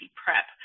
prep